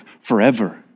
forever